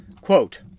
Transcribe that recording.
Quote